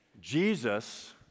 Jesus